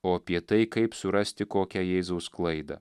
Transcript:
o apie tai kaip surasti kokią jėzaus klaidą